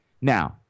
Now